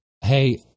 hey